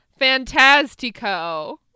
Fantastico